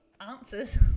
answers